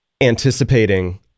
anticipating